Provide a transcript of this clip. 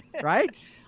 Right